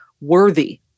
worthy